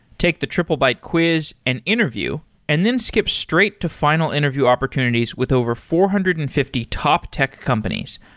take the triplebyte quiz and interview and then skip straight to final interview opportunities with over four hundred and fifty top tech companies,